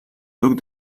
duc